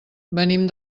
venim